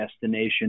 destination